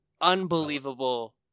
unbelievable